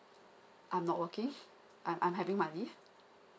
I'm not working I'm I'm having my leave